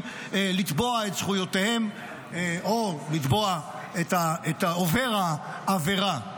לתבוע את זכויותיהם או לתבוע את עובר העבירה,